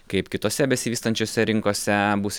kaip kitose besivystančiose rinkose bus